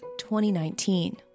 2019